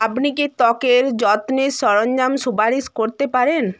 আপনি কি ত্বকের যত্নের সরঞ্জাম সুপারিশ করতে পারেন